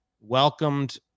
welcomed